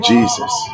Jesus